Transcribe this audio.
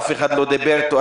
אף אחד לא דיבר איתו,